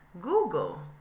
Google